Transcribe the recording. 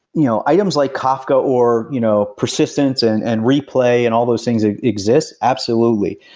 you know items like kafka, or you know persistence and and replay and all those things ah exist? absolutely.